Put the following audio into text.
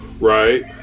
Right